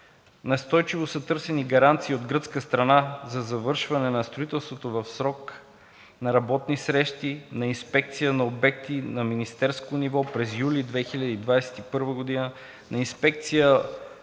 Настойчиво са търсени гаранции от гръцка страна за завършване на строителството в срок на работни срещи, на инспекция на обекти на министерско ниво през юли 2021 г.,